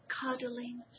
cuddling